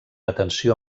atenció